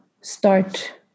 start